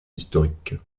historique